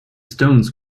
stones